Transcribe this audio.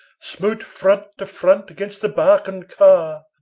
smote front to front against the barcan car.